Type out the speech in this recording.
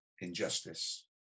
injustice